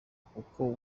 kuko